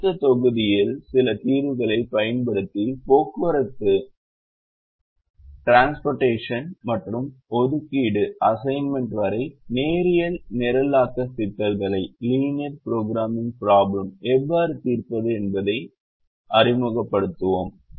அடுத்த தொகுதியில் சில தீர்வுகளைப் பயன்படுத்தி போக்குவரத்து மற்றும் ஒதுக்கீடு வரை நேரியல் நிரலாக்க சிக்கல்களை எவ்வாறு தீர்ப்பது என்பதை அறிமுகப்படுத்துவோம்